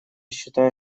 считаю